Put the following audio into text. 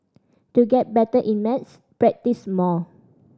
to get better in maths practise more